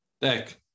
Deck